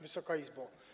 Wysoka Izbo!